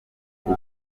ubu